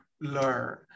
learn